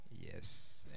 Yes